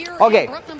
Okay